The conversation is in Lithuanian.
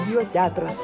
jo teatras